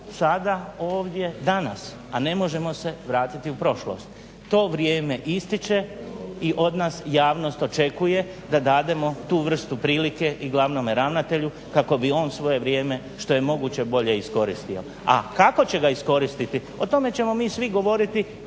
sada ovdje danas a ne možemo se vratiti u prošlost. To vrijeme ističe i od nas javnost očekuje da dademo tu vrstu prilike i glavnome ravnatelju kako bi on svoje vrijeme što je moguće bolje iskoristio. A kako će ga iskoristiti? O tome ćemo svi mi govoriti